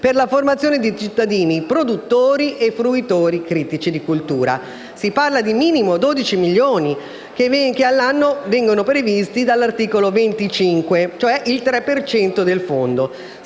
per la formazione di cittadini produttori e fruitori critici di cultura. Si parla di minimo 12 milioni che, all'anno, vengono previsto dall'articolo 25, cioè il 3 per cento